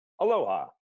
Aloha